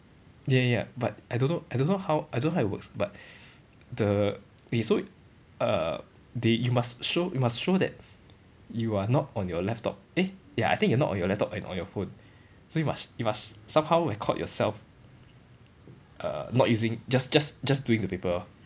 ya ya ya but I don't know I don't know how I don't know how it works but the okay so uh they you must show you must show that you are not on your laptop eh ya I think you're not on your laptop and on your phone so you must you must somehow record yourself uh not using just just just doing the paper lor